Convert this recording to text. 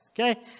Okay